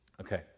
Okay